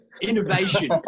Innovation